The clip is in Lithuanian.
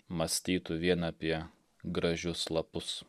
mąstytų vien apie gražius lapus